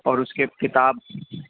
اور اس کے کتاب